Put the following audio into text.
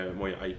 mooie